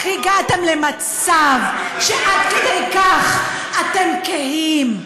איך הגעתם למצב שעד כדי כך אתם קהים,